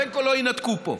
בין כה לא ינתקו פה.